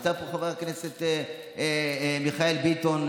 נמצא פה חבר הכנסת מיכאל ביטון,